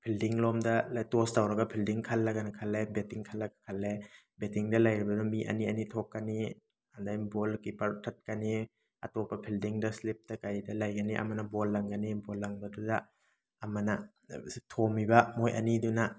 fielding ꯂꯣꯝꯗ ꯇꯣꯁ ꯇꯧꯔꯒ ꯐꯤꯜꯗꯤꯡ ꯈꯜꯂꯒꯅ ꯈꯜꯂꯦ ꯕꯦꯇꯤꯡ ꯈꯜꯂꯒ ꯈꯜꯂꯦ ꯕꯦꯇꯤꯡꯗ ꯂꯩꯔꯤꯕꯗꯨꯅ ꯃꯤ ꯑꯅꯤ ꯑꯅꯤ ꯊꯣꯛꯀꯅꯤ ꯑꯗꯩ ꯕꯣꯜ ꯀꯤꯄꯔ ꯊꯠꯀꯅꯤ ꯑꯇꯣꯞꯄ ꯐꯤꯜꯗꯤꯡꯗ ꯏꯁꯂꯤꯞꯇ ꯀꯩꯗ ꯂꯩꯒꯅꯤ ꯑꯃꯅ ꯕꯣꯜ ꯂꯪꯒꯅꯤ ꯕꯣꯜ ꯂꯪꯕꯗꯨꯗ ꯑꯃꯅ ꯊꯣꯝꯃꯤꯕ ꯃꯣꯏ ꯑꯅꯤꯗꯨꯅ